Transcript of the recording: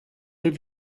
have